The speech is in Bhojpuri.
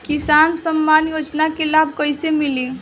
किसान सम्मान योजना के लाभ कैसे मिली?